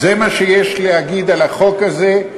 זה מה שיש להגיד על החוק הזה.